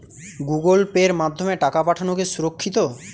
Google পের মাধ্যমে টাকা পাঠানোকে সুরক্ষিত?